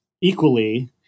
equally